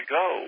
go